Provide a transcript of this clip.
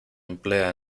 emplea